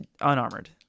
unarmored